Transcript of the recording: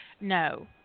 No